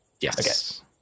yes